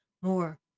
more